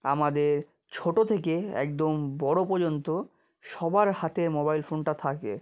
আমাদের ছোটো থেকে একদম বড়ো পযন্ত সবার হাতে মোবাইল ফোনটা থাকে